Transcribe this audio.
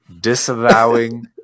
disavowing